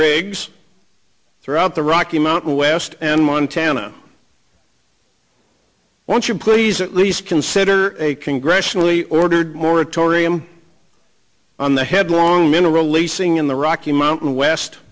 rigs throughout the rocky mountain west and montana won't you please please consider a congressionally ordered moratorium on the headlong mineral leasing in the rocky mountain west